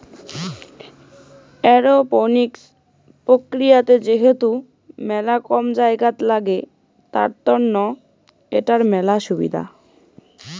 aeroponics প্রক্রিয়াতে যেহেতু মেলা কম জায়গাত লাগে, তার তন্ন এটার মেলা সুবিধা